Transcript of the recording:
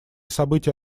события